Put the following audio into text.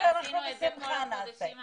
עשינו את זה כל החודשים האחרונים,